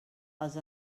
els